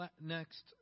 next